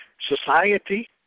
society